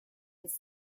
its